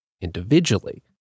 individually